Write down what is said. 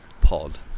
pod